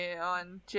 on